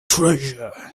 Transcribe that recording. treasure